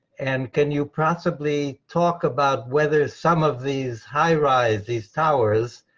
and can you possibly talk about whether some of these high-rise, these towers,